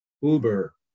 Uber